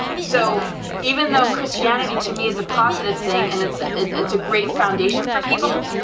so even though christianity to me is a positive thing, and it's a it's a great foundation for people,